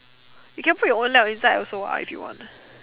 you can put your own 料 inside also ah if you want